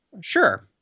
sure